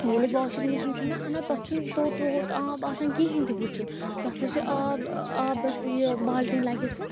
ییٚلہِ washing machine چھِ نا اَنان تَتھ چھُنہٕ توٚت ووٚت آب آسان کِہیٖنۍ تہِ وُچھُن تَتھ حظ چھُ آب ٲں آبَس یہِ بالٹیٖن لَگیٚس نا